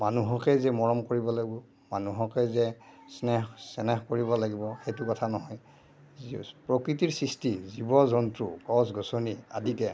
মানুহকেই যে মৰম কৰিব লাগিব মানুহকেই যে স্নেহ চেনেহ কৰিব লাগিব সেইটো কথা নহয় প্ৰকৃতিৰ সৃষ্টি জীৱ জন্তু গছ গছনি আদিকে